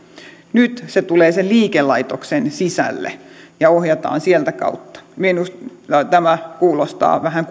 nyt se tulee liikelaitoksen sisälle ja sitä ohjataan sieltä kautta minusta tämä kuulostaa vähän